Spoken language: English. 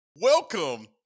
Welcome